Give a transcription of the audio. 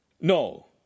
No